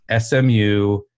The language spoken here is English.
SMU